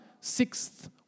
sixth